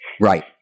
Right